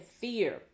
fear